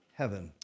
heaven